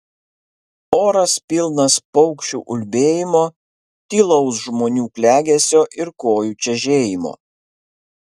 oras pilnas paukščių ulbėjimo tylaus žmonių klegesio ir kojų čežėjimo